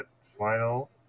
final